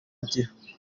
bagira